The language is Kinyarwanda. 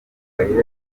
yagize